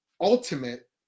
ultimate